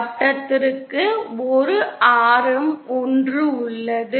வட்டத்திற்கு ஒரு ஆரம் 1 உள்ளது